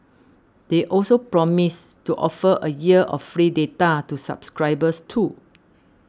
they also promised to offer a year of free data to subscribers too